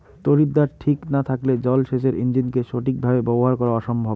তড়িৎদ্বার ঠিক না থাকলে জল সেচের ইণ্জিনকে সঠিক ভাবে ব্যবহার করা অসম্ভব